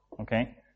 okay